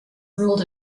ruled